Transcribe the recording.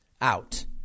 out